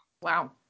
Wow